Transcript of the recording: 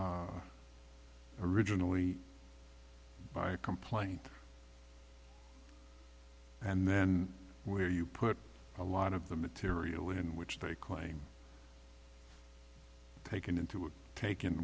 barri originally by a complaint and then where you put a lot of the material in which they claim taken into tak